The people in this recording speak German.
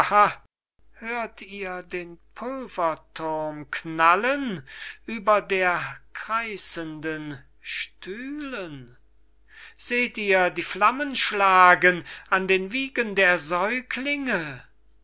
hört ihr den pulverthurm knallen über der kreisenden stühlen seht ihr die flammen schlagen an den wiegen der säuglinge